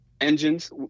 engines